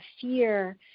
fear